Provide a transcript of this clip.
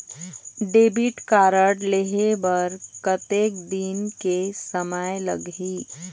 Debit card लेहे बर कतेक दिन के समय लगही?